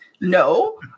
No